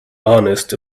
honest